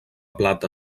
plata